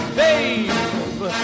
babe